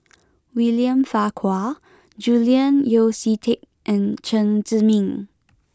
William Farquhar Julian Yeo See Teck and Chen Zhiming